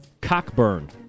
cockburn